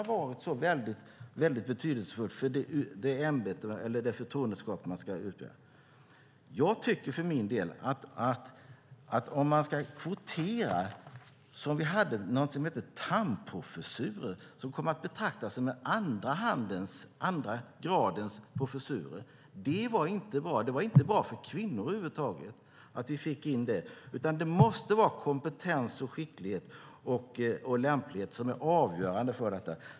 Vi tror att den har varit så väldigt betydelsefull för det förtroendeskap man ska utöva. Vi har haft någonting som hette Thamprofessurer och som kom att betraktas som en andra gradens professurer. Det var inte bra. Det var inte bra för kvinnor över huvud taget att vi fick in detta. Det måste vara kompetens, skicklighet och lämplighet som är avgörande.